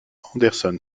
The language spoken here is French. anderson